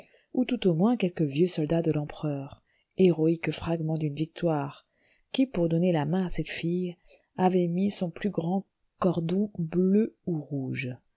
ou tout au moins quelque vieux soldat de l'empereur héroïque fragment d'une victoire qui pour donner la main à cette fille avait mis son plus grand cordon bleu ou rouge